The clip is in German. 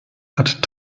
hat